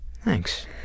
Thanks